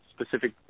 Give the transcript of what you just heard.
specific